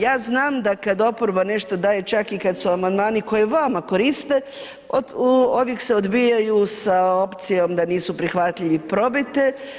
Ja znam da kada oporba nešto daje, čak i kada su amandmani koje vama koriste, uvijek se odbijaju sa opcijom da nisu prihvatljive probajte.